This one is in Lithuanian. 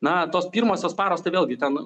na tos pirmosios paros tai vėlgi ten